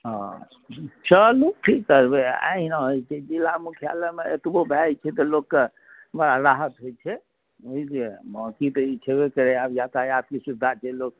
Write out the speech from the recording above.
हँ चलू की करबै आ अहिना होइत छै जिला मुख्यालयमे एतबो भए जाइत छै तऽ लोककेँ बड़ा राहत होइत छै बुझलियै बाँकि तऽ ई छैबे करे आब यातायातके सुविधा छै लोक